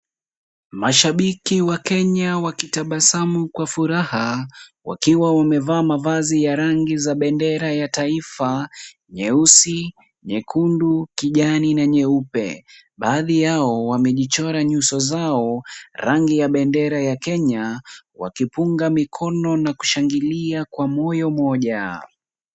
Mashabiki wa Kenya wakitabasamu kwa furaha, wakiwa wamevaa mavazi ya rangi za bendera ya taifa, nyeusi, nyekundu, kijani na nyeupe. Baadhi yao wamejichora nyuso zao rangi ya bendera ya Kenya, wakipunga mikono na kushangilia kwa moyo moja.